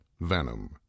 Venom